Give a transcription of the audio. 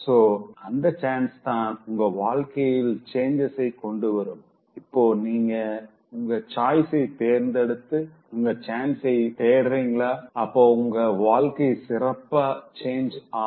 so அந்த chanceதான் உங்க வாழ்க்கையில changesஐ கொண்டு வரும் இப்போ நீங்க உங்க choiceஐ தேர்ந்தெடுத்து உங்க chanceஐ தேடறீங்களா அப்போ உங்க வாழ்க்கை சிறப்பா change ஆகும்